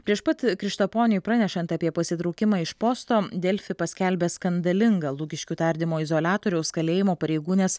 prieš pat krištaponiui pranešant apie pasitraukimą iš posto delfi paskelbė skandalingą lukiškių tardymo izoliatoriaus kalėjimo pareigūnės